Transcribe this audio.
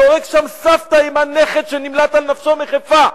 והורג שם סבתא עם הנכד שנמלט על נפשו מחיפה,